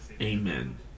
amen